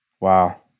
Wow